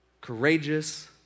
courageous